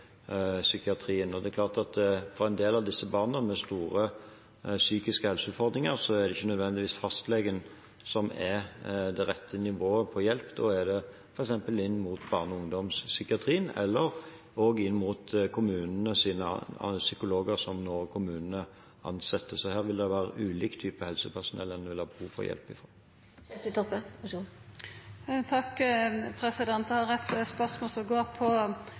Det er klart at for en del av disse barna, med store psykiske helseutfordringer, er det ikke nødvendigvis fastlegen som er det rette nivået for hjelp, da er det f.eks. inn mot barne- og ungdomspsykiatrien eller mot kommunenes psykologer, som kommunene nå ansetter. Så her vil det være ulike typer helsepersonell en vil ha behov for hjelp fra. Eg har eit spørsmål som gjeld dette med at regjeringa har